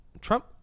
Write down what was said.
Trump